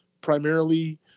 primarily